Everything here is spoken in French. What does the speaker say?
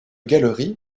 galeries